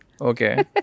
okay